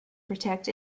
protect